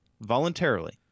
Voluntarily